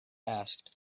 asked